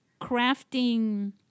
crafting